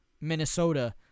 Minnesota